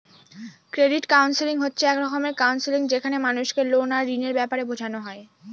credit counselling হচ্ছে এক রকমের কাউন্সেলিং যেখানে মানুষকে লোন আর ঋণের ব্যাপারে বোঝানো হয়